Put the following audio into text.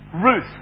Ruth